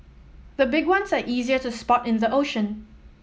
the big ones are easier to spot in the ocean